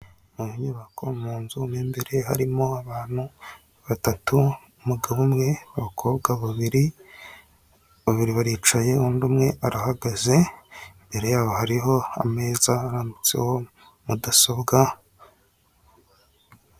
Mu nyubako mu nzu mo imbere harimo abantu batatu umugabo umwe abakobwa babiri baricaye undi umwe arahagaze imbere yabo hariho ameza arambitseho mudasobwa.